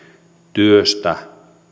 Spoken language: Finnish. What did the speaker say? työstä